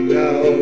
now